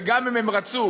וגם אם הם רצו,